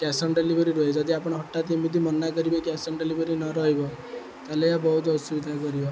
cash on delivery ରହେ ଯଦି ଆପଣ ହଠାତ୍ ଏମିତି ମନା କରିବେ କ୍ୟାସ୍ ଅନ୍ ଡେଲିଭରି ନ ରହିବ ତା'ହେଲେ ଏହା ବହୁତ ଅସୁବିଧା କରିବ